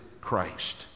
Christ